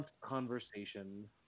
conversation